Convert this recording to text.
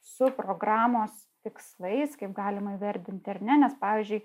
su programos tikslais kaip galima įvardinti ar ne nes pavyzdžiui